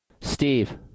Steve